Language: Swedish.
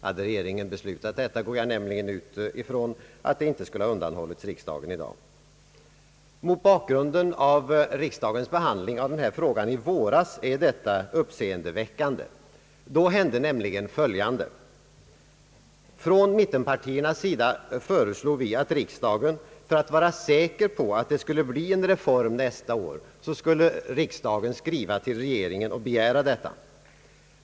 Jag utgår nämligen ifrån att om regeringen beslutat detta skulle det inte ha undanhållits riksdagen i dag. Mot bakgrunden av riksdagens be handling av denna fråga i våras är detta uppseendeväckande, Då hände nämligen följande: Från mittenpartiernas sida föreslogs att riksdagen för att vara säker på att det skulle bli en reform nästa år skulle skriva till regeringen och begära detta.